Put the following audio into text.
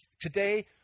Today